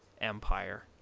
Empire